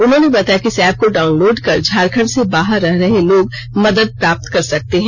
उन्होंने बताया कि इस एप को डाउनलोड कर झारखंड से बाहर रह रहे लोग मदद प्राप्त कर सकते है